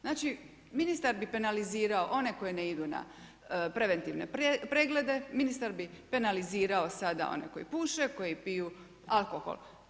Znači, ministar bi penalizirao one koji ne idu na preventivne preglede, ministar bi penalizirao sada one koji puše, koji piju alkohol.